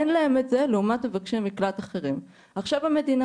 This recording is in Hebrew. אין להם את זה לעומת מבקשי מקלט אחרים ועכשיו המדינה